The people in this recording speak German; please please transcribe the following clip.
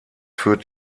führt